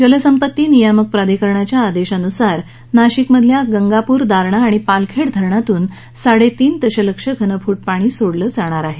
जलसंपत्ती नियामक प्राधिकरणाच्या आदेशानुसार नाशिकमधल्या गंगापूर दारणा आणि पालखेड धरणातून साडे तीन दशलक्ष घनफूट पाणी सोडलं जाणार आहे